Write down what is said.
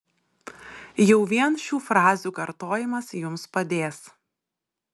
jau vien šių frazių kartojimas jums padės